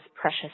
precious